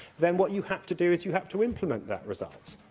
then what you have to do is you have to implement that result.